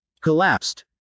collapsed